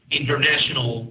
international